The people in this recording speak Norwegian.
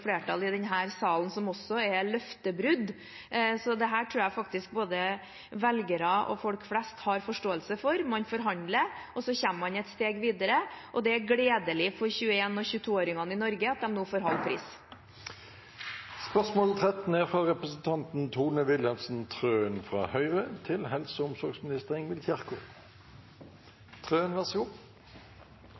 flertall i denne salen, som også er løftebrudd. Så dette tror jeg at både velgere og folk flest har forståelse for. Man forhandler, så kommer man et steg videre, og det er gledelig for 21- og 22-åringene i Norge at de nå får halv pris. «Da Høyre la frem den første nasjonale helse- og